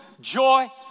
joy